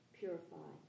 purify